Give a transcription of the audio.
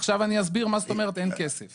עכשיו אני אסביר מה זאת אומרת שאין כסף.